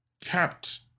kept